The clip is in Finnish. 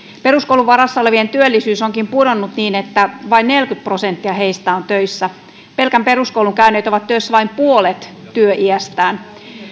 peruskoulun varassa olevien työllisyys onkin pudonnut niin että vain neljäkymmentä prosenttia heistä on töissä pelkän peruskoulun käyneet ovat töissä vain puolet työiästään